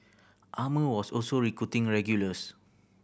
Armour was also recruiting regulars